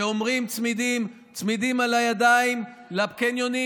כשאומרים צמידים על הידיים בקניונים,